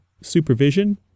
supervision